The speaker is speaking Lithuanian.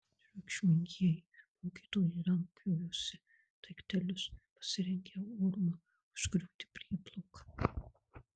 triukšmingieji mokytojai rankiojosi daiktelius pasirengę urmu užgriūti prieplauką